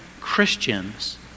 Christians